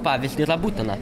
pavyzdį būtina